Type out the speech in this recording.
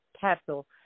capsule